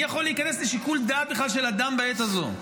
מי יכול להיכנס לשיקול דעת בכלל של אדם בעת הזו,